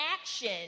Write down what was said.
action